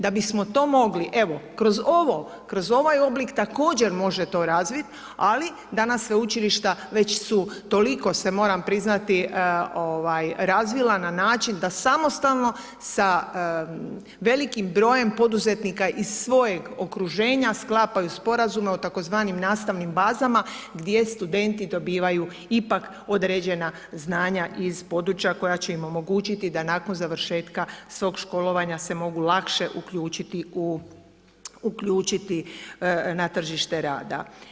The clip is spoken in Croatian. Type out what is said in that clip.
Da bismo to mogli, evo, kroz ovaj oblik također to razviti, ali danas Sveučilišta već su toliko, moram priznati, se razvila na način da samostalno sa velikim brojem poduzetnika iz svojeg okruženja sklapaju sporazume o tzv. nastavnim bazama gdje studenti dobivaju ipak određena znanja iz područja koja će im omogućiti da nakon završetka svog školovanja se mogu lakše uključiti na tržište rada.